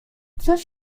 coś